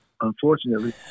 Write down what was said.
Unfortunately